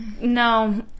No